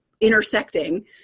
intersecting